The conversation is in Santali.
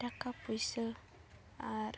ᱴᱟᱠᱟ ᱯᱩᱭᱥᱟᱹ ᱟᱨ